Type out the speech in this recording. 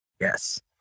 Yes